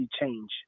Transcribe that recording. change